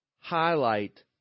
highlight